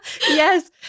Yes